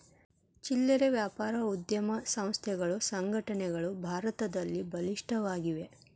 ಚಿಲ್ಲರೆ ವ್ಯಾಪಾರ ಉದ್ಯಮ ಸಂಸ್ಥೆಗಳು ಸಂಘಟನೆಗಳು ಭಾರತದಲ್ಲಿ ಬಲಿಷ್ಠವಾಗಿವೆ